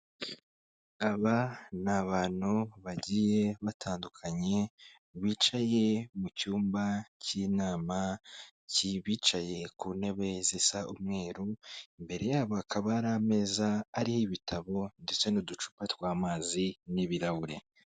Aba ni abantu bagiye batandukanye bicaye mu cyumba cy'inama, bicaye ku ntebe zisa umweru, imbere yabo hakaba hari ameza ariho ibitabo ndetse n'uducupa tw'amazi n'ibirahure.